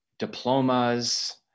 diplomas